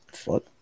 fuck